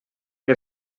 que